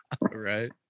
right